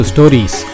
Stories